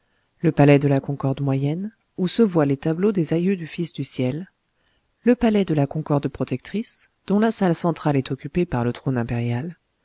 le palais de la concorde moyenne où se voient les tableaux des aïeux du fils du ciel le palais de la concorde protectrice dont la salle centrale est occupée par le trône impérial